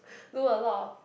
do a lot of